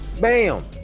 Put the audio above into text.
Bam